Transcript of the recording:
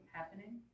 Happening